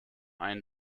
ein